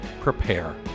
prepare